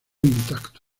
intacto